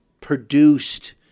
produced